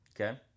Okay